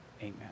amen